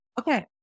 Okay